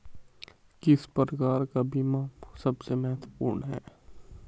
किस प्रकार का बीमा सबसे महत्वपूर्ण है?